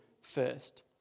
first